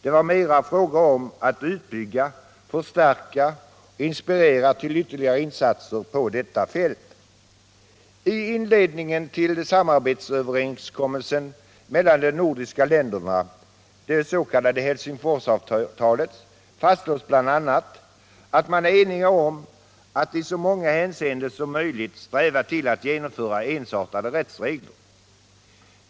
Det var mera fråga om att utbygga, förstärka och inspirera till ytterligare insatser på detta fält. I inledningen till samarbetsöverenskommelsen mellan de nordiska länderna, det s.k. Helsingforsavtalet, fastslås bl.a. att man är enig om ”att i så många hänseenden som möjligt sträva till att genomföra ensartade rättsregler”.